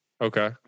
Okay